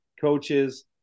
coaches